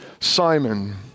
Simon